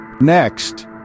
Next